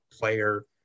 player